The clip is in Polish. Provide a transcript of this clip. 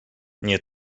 nie